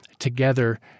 together